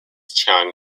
chiang